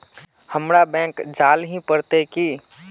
हमरा बैंक जाल ही पड़ते की?